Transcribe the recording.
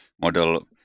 model